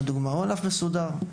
כי הוא ענף מסודר.